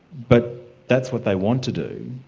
but that's what they want to do,